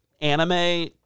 anime